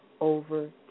over